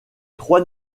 trois